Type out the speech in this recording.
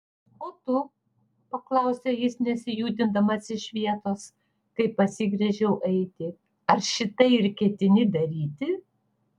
o tu paklausė jis nesijudindamas iš vietos kai pasigręžiau eiti ar šitai ir ketini daryti